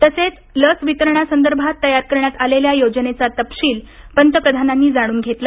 तसेच लस वितरणासंदर्भात तयार करण्यात आलेल्या योजनेचा तपशील पंतप्रधानांनी जाणून घेतला